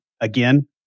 Again